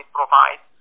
provide